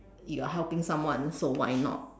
you are helping someone so why not